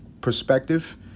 perspective